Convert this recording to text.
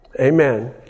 Amen